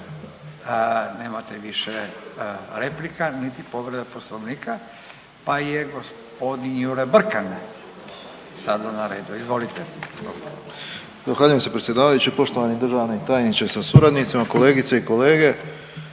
Nemate više replika, niti povreda poslovnika, pa je g. Jure Brkan sada na redu, izvolite.